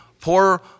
poor